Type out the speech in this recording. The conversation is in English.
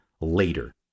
later